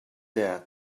death